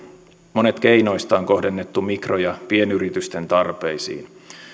monet keinoista on kohdennettu mikro ja pienyritysten tarpeisiin